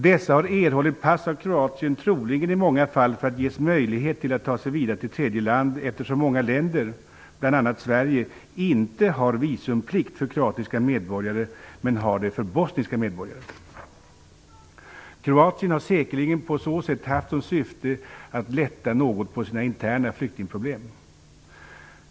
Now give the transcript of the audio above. Dessa har erhållit pass av Kroatien, troligen i många fall för att ges möjlighet att ta sig vidare till tredje land, eftersom många länder, bl.a. Sverige, inte har visumplikt för kroatiska medborgare men har det för bosniska medborgare. Kroatien har säkerligen på så sätt haft som syfte att lätta något på sina interna flyktingproblem.